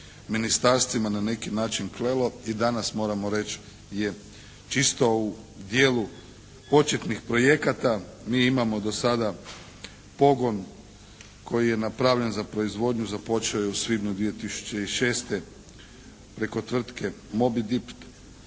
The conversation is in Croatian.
ministarstvima na neki način klelo i danas moramo reći je čisto u dijelu početnih projekata. Mi imamo do sada pogon koji je napravljen za proizvodnju, započeo je u svibnju 2006. preko tvrtke "Mobidip".